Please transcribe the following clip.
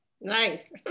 nice